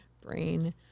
brain